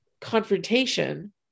confrontation